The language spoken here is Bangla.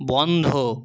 বন্ধ